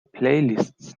playlists